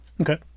Okay